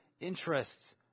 interests